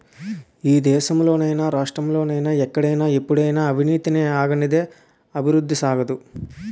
ఈ దేశంలో నైనా రాష్ట్రంలో నైనా ఎక్కడైనా ఎప్పుడైనా అవినీతి ఆగనిదే అభివృద్ధి సాగదు